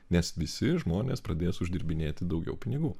nes visi žmonės pradės uždirbinėti daugiau pinigų